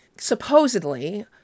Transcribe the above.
Supposedly